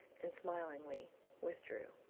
and smilingly withdrew.